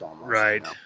Right